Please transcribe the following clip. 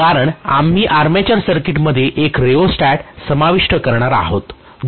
कारण आम्ही आर्मेचर सर्किटमध्ये एक रिओस्टेट समाविष्ट करणार आहोत